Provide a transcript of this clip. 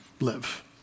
live